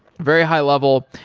very high-level.